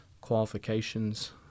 qualifications